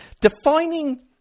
defining